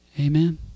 Amen